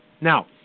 Now